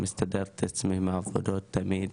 מסדר לעצמי עבודות תמיד,